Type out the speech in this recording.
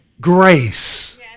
grace